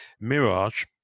Mirage